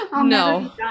no